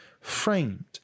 framed